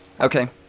Okay